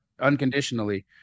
unconditionally